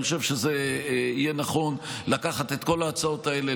אני חושב שזה יהיה נכון לקחת את כל ההצעות האלה,